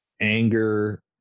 anger